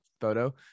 photo